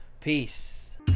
Peace